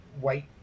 white